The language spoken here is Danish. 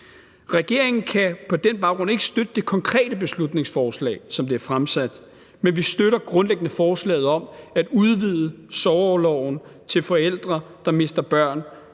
Regeringen kan på den baggrund ikke støtte det konkrete beslutningsforslag, som det er fremsat, men vi støtter grundlæggende forslaget om at udvide sorgorloven til forældre, der mister et barn,